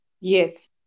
Yes